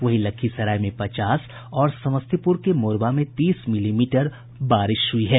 वहीं लखीसराय में पचास और समस्तीपुर के मोरवा में तीस मिलीमीटर बारिश हुई है